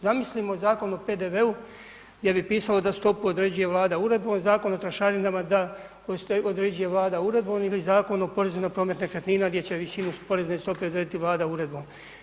Zamislimo Zakon o PDV-u gdje bi pisalo da stopu određuje Vlada uredbom, Zakon o trošarinama da koji isto određuje Vlada uredbom ili Zakon o porezu na promet nekretnina gdje će visine poreznu stope odrediti Vlada uredbom.